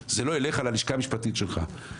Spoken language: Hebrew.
אלא למשרד המשפטי שלך.